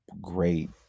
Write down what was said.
great